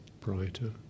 brighter